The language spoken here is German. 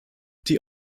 die